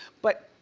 but,